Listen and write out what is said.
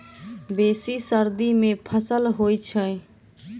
बेसी सर्दी मे केँ फसल होइ छै?